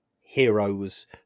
heroes